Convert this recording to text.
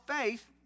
faith